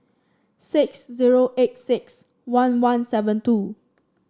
six zero eight six one one seven two